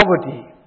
poverty